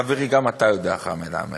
חברי, גם אתה יודע, חמד עמאר,